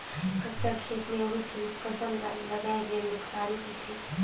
कंचा खेत मे ओहिच ओहिच फसल ल लगाये ले नुकसानी होथे